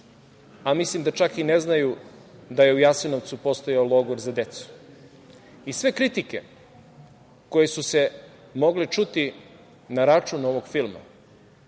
a mislim da čak i ne znaju da je u Jasenovcu postojao logor za decu. Sve kritike koje su se mogle čuti na račun ovog filma